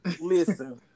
Listen